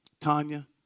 Tanya